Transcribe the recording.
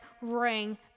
ring